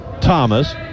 Thomas